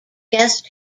guest